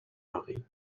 mari